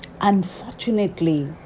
Unfortunately